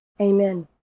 Amen